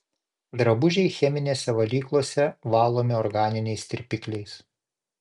drabužiai cheminėse valyklose valomi organiniais tirpikliais